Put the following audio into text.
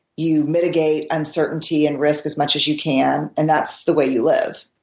you mitigate uncertainty and risk as much as you can, and that's the way you live.